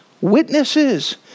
witnesses